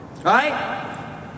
Right